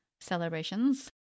celebrations